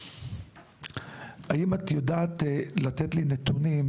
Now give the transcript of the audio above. האם את יודעת לתת לי נתונים,